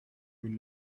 you